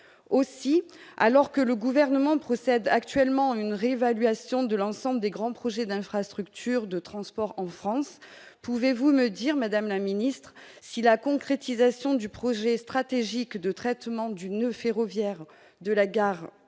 aussi alors que le gouvernement procède actuellement à une réévaluation de l'ensemble des grands projets d'infrastructures de transport en France, pouvez-vous me dire : Madame la Ministre, si la concrétisation du projet stratégique de traitement du noeud ferroviaire de la gare